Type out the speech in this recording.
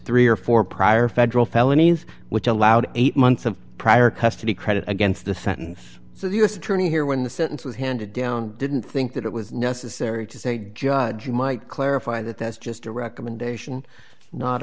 three or four prior federal felonies which allowed eight months of prior custody credit against the sentence so the u s attorney here when the sentence was handed down didn't think that it was necessary to say judge you might clarify that that's just a recommendation not